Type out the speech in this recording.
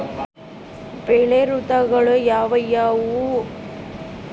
ಬೆಳೆ ಋತುಗಳು ಯಾವ್ಯಾವು?